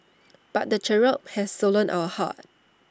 but the cherub has stolen our hearts